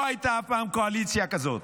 לא הייתה אף פעם קואליציה כזאת.